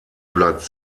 blatt